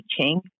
teaching